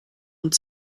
und